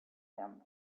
them